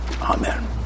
amen